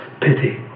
pity